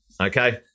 okay